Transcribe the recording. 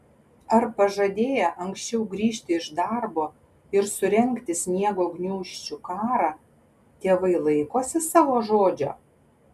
ar pažadėję anksčiau grįžti iš darbo ir surengti sniego gniūžčių karą tėvai laikosi savo žodžio